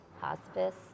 hospice